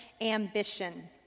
ambition